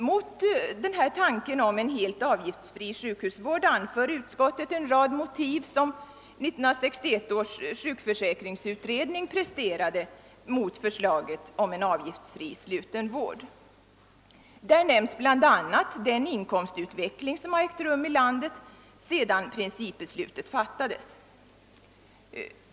Mot tanken om avgiftsfri sjukhusvård anförs en rad motiv som också framfördes av 1961 års sjukförsäkringsutredning. Där nämns bl.a. den inkomstutveckling som ägt rum i vårt land sedan principbeslutet fattades.